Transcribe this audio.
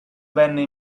venne